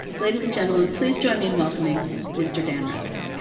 ladies and gentlemen, please join me in welcoming mr. dan rather.